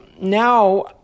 now